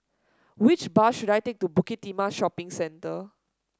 which bus should I take to Bukit Timah Shopping Centre